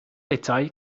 detail